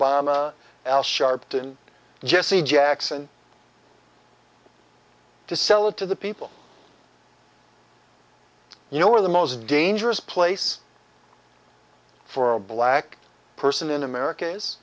a al sharpton jesse jackson to sell it to the people you know are the most dangerous place for a black person in america is